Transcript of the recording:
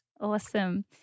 Awesome